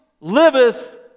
liveth